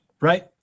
Right